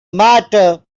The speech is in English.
matter